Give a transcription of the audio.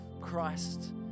Christ